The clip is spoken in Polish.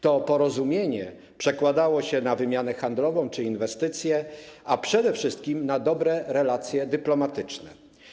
To porozumienie przekładało się na wymianę handlową czy inwestycje, a przede wszystkim na dobre relacje dyplomatyczne.